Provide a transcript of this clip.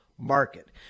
Market